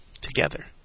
together